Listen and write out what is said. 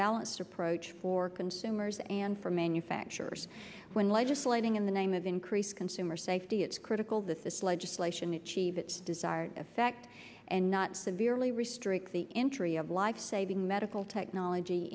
balanced approach for consumers and for manufacturers when legislating in the name of increased consumer safety it's critical that this legislation achieve its desired effect and not severely restrict the entry of life saving medical technology